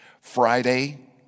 Friday